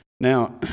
Now